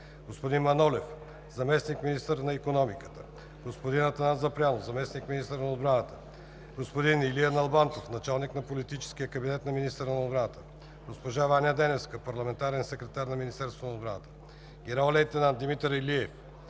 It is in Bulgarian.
господин Манолев – заместник-министър на икономиката; господин Атанас Запрянов – заместник-министър на отбраната; господин Илия Налбантов – началник на политическия кабинет на министъра на отбраната; госпожа Ваня Деневска – парламентарен секретар на Министерството на отбраната; генерал-лейтенант Димитър Илиев